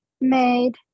made